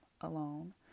alone